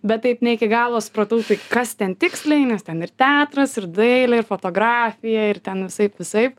bet taip ne iki galo supratau tai kas ten tiksliai nes ten ir teatras ir dailė ir fotografija ir ten visaip visaip